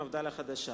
מפד"ל החדשה.